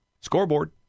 Scoreboard